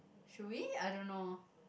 should we I don't know